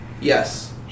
Yes